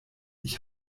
ich